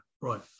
right